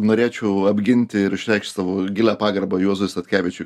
norėčiau apginti ir išreikšt savo gilią pagarbą juozui statkevičiui